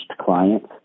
clients